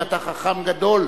ואתה חכם גדול,